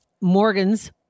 Morgan's